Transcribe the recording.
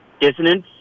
dissonance